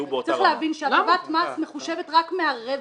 צריך להבין שהטבת מס מחושבת רק מהרווח.